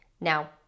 now